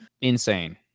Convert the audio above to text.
Insane